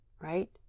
right